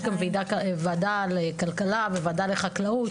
יש גם ועידת כלכלה וועידת חקלאות.